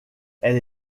elle